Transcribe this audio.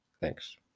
Thanks